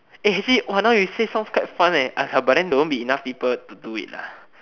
actually now you say sounds quite fun but won't be enough people to do it